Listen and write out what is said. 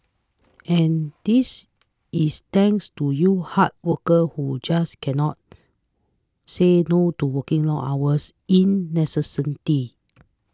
and this is thanks to you hard workers who just cannot say no to working long hours incessantly